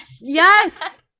yes